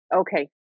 Okay